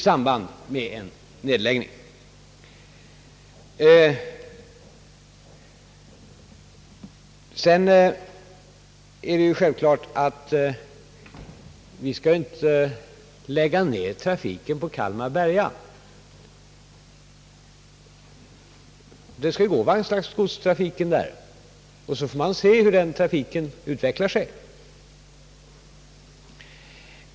Sedan är det självklart att vi inte skall lägga ner trafiken på linjen Kalmar—Berga — vagnslastoch godstrafiken skall ju fortsätta, och så får man se hur den utvecklar sig.